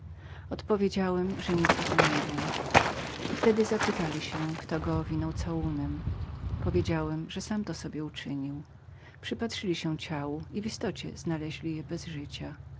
odpowiedziałem że nic o tem nie wiedziałem wtedy zapytali się kto go owinął prześcieradłem odpowiedziałem że sam to sobie uczynił przypatrzyli się ciału i w istocie znaleźli je bez życia